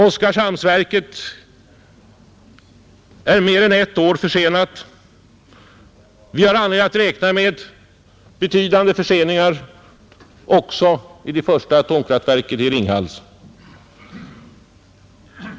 Oskarshamsverket är mer än ett år försenat och vi har anledning att räkna med betydande förseningar också när det gäller det första atomkraftverket i Ringhals.